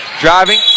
driving